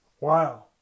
Wow